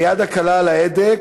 היד הקלה על ההדק,